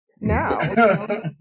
now